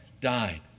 died